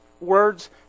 words